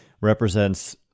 represents